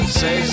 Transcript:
say